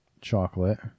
chocolate